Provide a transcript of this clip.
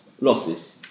losses